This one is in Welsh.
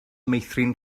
meithrin